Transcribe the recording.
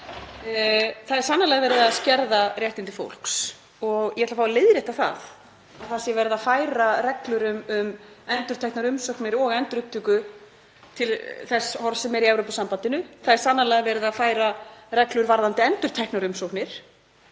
Það er sannarlega verið að skerða réttindi fólks og ég ætla að fá að leiðrétta að það sé verið að færa reglur um endurteknar umsóknir og endurupptöku til þess horfs sem er í Evrópusambandinu. Það er sannarlega verið að færa reglur varðandi endurteknar umsóknir